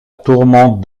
tourmente